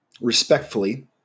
respectfully